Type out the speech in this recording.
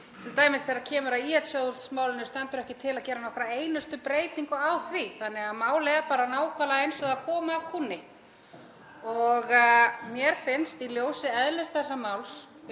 að t.d. þegar kemur að ÍL-sjóðsmálinu þá stendur ekki til að gera nokkra einustu breytingu á því þannig að málið er bara nákvæmlega eins og það kom af kúnni. Mér finnst í ljósi eðlis þessa máls